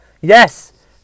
yes